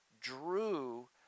drew